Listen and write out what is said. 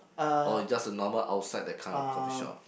or is just a normal outside that kind of coffee shop